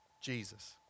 Jesus